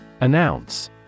Announce